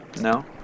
no